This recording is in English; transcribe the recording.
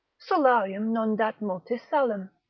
solarium non dat multis salem.